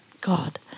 God